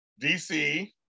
DC